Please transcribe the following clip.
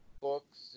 books